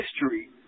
history